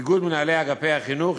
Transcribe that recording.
איגוד מנהלי אגפי החינוך,